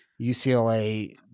UCLA